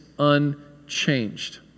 unchanged